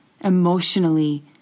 emotionally